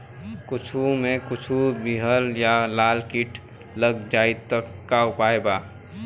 कद्दू मे कद्दू विहल या लाल कीट लग जाइ त का उपाय बा?